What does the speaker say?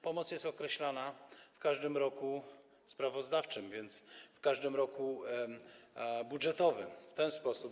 Pomoc jest określana w każdym roku sprawozdawczym, więc w każdym roku budżetowym, w ten sposób.